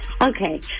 okay